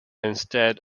instead